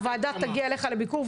הוועדה תגיע אליך לביקור,